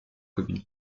commune